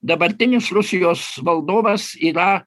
dabartinis rusijos valdovas yra